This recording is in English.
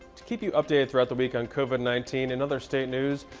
to keep you updated throughout the week on covid nineteen and other state news,